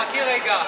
איילת, חכי רגע.